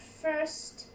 first